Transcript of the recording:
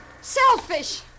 Selfish